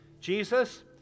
Jesus